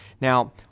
Now